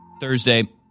Thursday